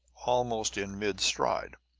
almost in mid-stride.